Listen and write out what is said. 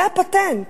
זה הפטנט,